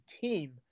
team